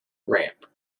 ramp